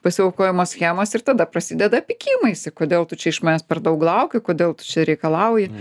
pasiaukojimo schemos ir tada prasideda pykinimaisi kodėl tu čia iš manęs per daug lauki kodėl tu čia reikalauji